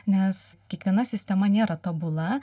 nes kiekviena sistema nėra tobula